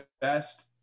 best